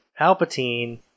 Palpatine